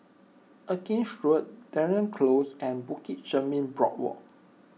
Erskine Road Dunearn Close and Bukit Chermin Boardwalk